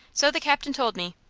so the captain told me.